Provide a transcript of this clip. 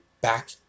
back